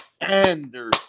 Anderson